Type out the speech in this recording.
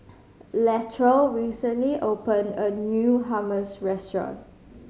Latrell recently opened a new Hummus Restaurant